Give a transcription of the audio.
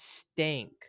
stink